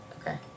Okay